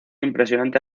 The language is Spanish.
impresionante